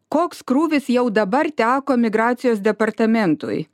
koks krūvis jau dabar teko migracijos departamentui